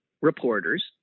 reporters